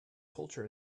culture